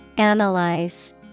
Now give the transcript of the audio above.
Analyze